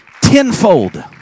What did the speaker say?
Tenfold